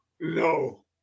No